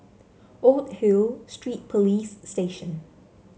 Old Hill Street Police Station